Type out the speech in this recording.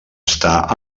estar